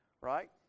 right